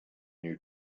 you